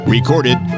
Recorded